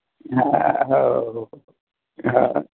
हा हो हो हो हो